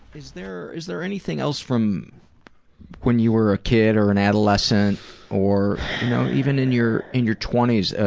is there is there anything else from when you were a kid or an adolescent or even in your and your twenties,